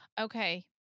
Okay